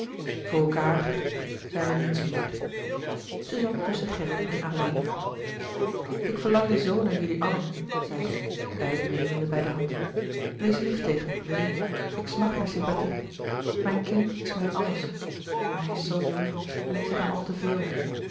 voor elkaâr zijn we niets meer louis couperus de boeken der kleine zielen zij zat tusschen gerrit en adeline ik verlangde zoo naar jullie allen zeide zij beiden nemende bij de hand wees lief tegen me wil je ik smacht naar sympathie mijn kind is mijn alles maar hij is zoo jong en ik zeg hem al te veel